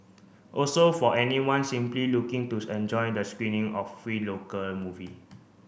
also for anyone simply looking to enjoy the screening of free local movie